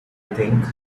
think